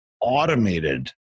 automated